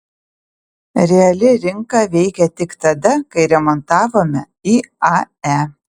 reali rinka veikė tik tada kai remontavome iae